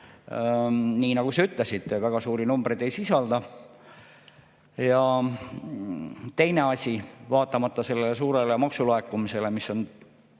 nii nagu sa ütlesid, väga suuri numbreid ei sisalda. Ja teine asi. Vaatamata suurele maksulaekumisele, mille on